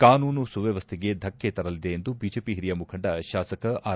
ಕಾನೂನು ಸುವ್ಕವಸ್ಥೆಗೆ ಧಕ್ಕೆ ತರಲಿದೆ ಎಂದು ಬಿಜೆಪಿ ಹಿರಿಯ ಮುಖಂಡ ಶಾಸಕ ಆರ್